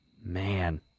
Man